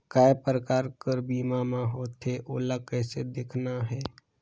काय प्रकार कर बीमा मा होथे? ओला कइसे देखना है?